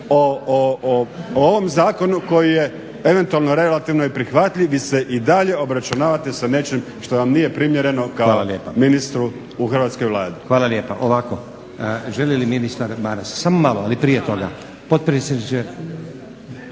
o ovom zakonu koji je eventualno relativno prihvatljiv vi se i dalje obračunavate s nečim što vam nije primjerno kao ministru u hrvatskoj Vladi. **Stazić, Nenad (SDP)** Hvala lijepa. Ovako želi li ministar Maras? Samo malo ali prije toga prvi potpredsjedniče